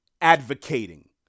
advocating